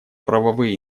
правовые